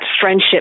friendship